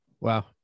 Wow